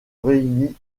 réunit